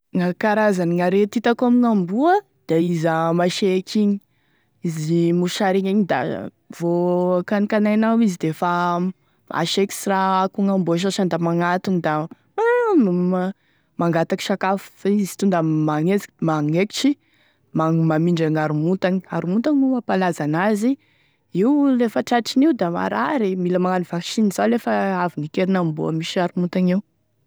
Gna karazan'arety hitako amign'amboa a da izy a maseky igny, izy mosaregna igny, da vo kanikanainao izy defa maseky, sy raha ako gn'amboa sasany io da magnantogny, da mangataky sakafo, fa izy tonda magneziky- magnenkitry mamindra gn'haromontagny, haromontagny moa mampalaza an'azy io gn'olo lafa tratran'io da marary mila magnano vaksiny zao lafa avy nikikerin'amboa avy misy haromontagny io.